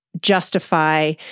justify